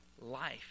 life